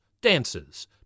dances